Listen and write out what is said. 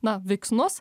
na veiksnus